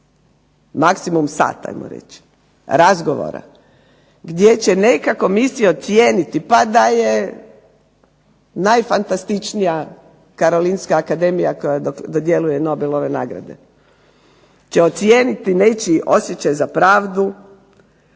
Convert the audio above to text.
maksimum sat ajmo reći razgovora gdje će neka komisija ocijeniti, pa da je najfantastičnija karolinska akademija koja dodjeljuje Nobelove nagrade, će ocijeniti nečiji osjećaj za pravdu,